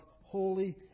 holy